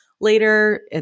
Later